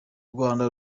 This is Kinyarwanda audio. rwanda